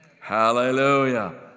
Hallelujah